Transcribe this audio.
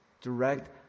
Direct